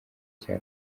cya